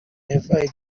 never